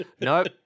Nope